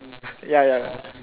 ya ya ya